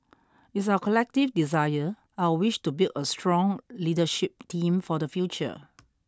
it's our collective desire our wish to build a strong leadership team for the future